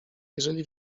jeżeli